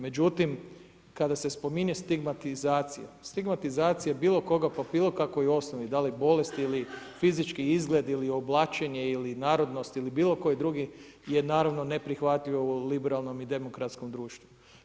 Međutim, kada se spominje stigmatizacija, stigmatizacija bilo koga po bilo kakvoj osnovi, da li bolesti ili fizički izgled ili oblačenje ili narodnost ili bilo koji drugi je naravno neprihvatljivo u liberalnom i demokratskom društvu.